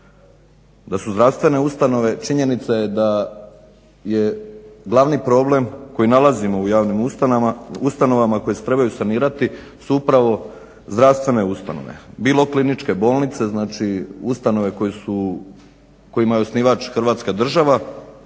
da su zdravstvene ustanove, činjenica je da je glavni problem koji nalazimo u javnim ustanovama koje se trebaju sanirati su upravo zdravstvene ustanove, bilo kliničke bolnice znači ustanove kojima je osnivač Hrvatska država